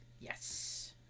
Yes